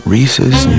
Reese's